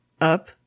up